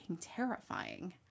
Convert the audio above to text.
terrifying